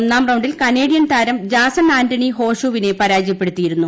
ഒന്നാം റൌണ്ടിൽ കനേഡിയൻ താരം ജാസൺ ആന്റണി ഹോ ഷൂവിനെ പരാജയപ്പെടുത്തിയിരുന്നു